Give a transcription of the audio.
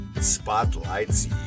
Spotlights